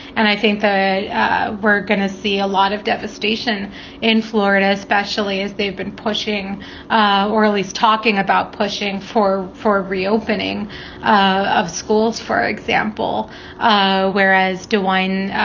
and i think they were going to see a lot of devastation in florida, especially as they've been pushing or at least talking about pushing for for a reopening of schools, for example ah whereas dewine,